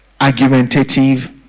argumentative